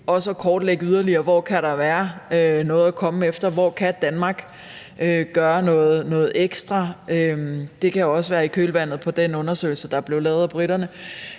også at kortlægge det yderligere: Hvor kan der være noget at komme efter, hvor kan Danmark gøre noget ekstra? Det kan også ske i kølvandet på den undersøgelse, der er blevet lavet af briterne,